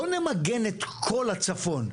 לא נמגן את כל הצפון,